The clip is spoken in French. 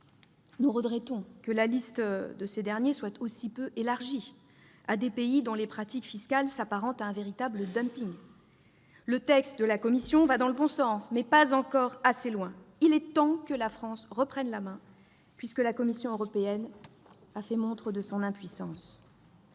nous regrettons que la liste de ces derniers soit aussi peu élargie à des pays dont les pratiques fiscales s'apparentent à un véritable. Le texte de la commission va dans le bon sens, mais ne va pas encore assez loin. Il est temps que la France reprenne la main, puisque la Commission européenne a fait montre de son impuissance.